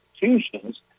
institutions